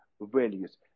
values